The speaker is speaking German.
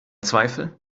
zweifel